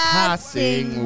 passing